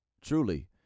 Truly